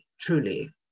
Truly